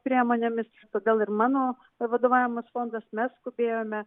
priemonėmis todėl ir mano vadovaujamas fondas mes skubėjome